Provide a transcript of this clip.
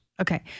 Okay